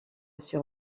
sur